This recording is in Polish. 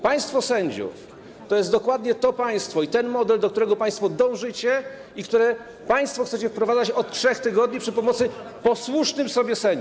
Państwo sędziów to jest dokładnie to państwo i ten model, do którego państwo dążycie i który państwo chcecie wprowadzać od 3 tygodni przy pomocy posłusznych sobie sędziów.